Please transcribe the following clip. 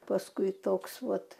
paskui toks vat